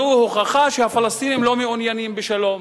זו הוכחה שהפלסטינים לא מעוניינים בשלום,